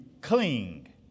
cling